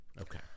Okay